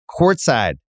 courtside